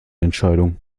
entscheidung